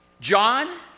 John